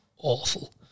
awful